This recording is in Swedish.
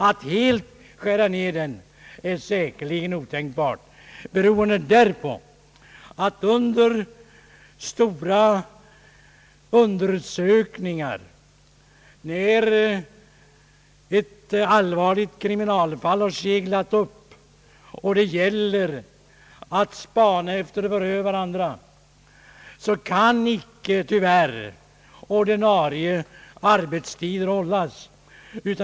Att helt skära bort den är säkerligen otänkbart, beroende därpå att under stora undersökningar när ett allvarligt kriminalfall har seglat upp och det gäller att spana efter förövarna, ordinarie arbetstider tyvärr icke kan hållas.